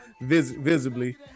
visibly